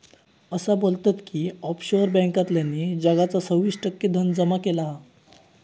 असा बोलतत की ऑफशोअर बॅन्कांतल्यानी जगाचा सव्वीस टक्के धन जमा केला हा